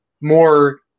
more